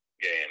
game